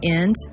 end